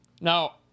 Now